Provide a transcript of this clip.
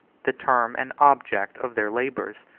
the term and object of their labors.